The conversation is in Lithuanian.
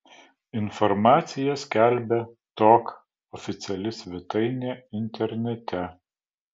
informaciją skelbia tok oficiali svetainė internete